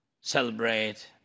celebrate